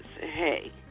hey